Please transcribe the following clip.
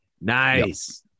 Nice